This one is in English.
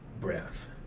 breath